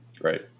right